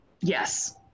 Yes